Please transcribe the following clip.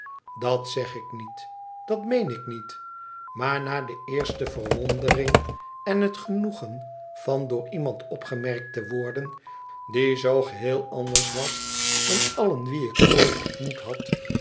dat zeg ik niet dat meen ik niet maar na de eerste verwondering en het genoegen van door iemand opgemerkt te worden die zoo geheel anders was dan allen wie ik ooit ontmoet had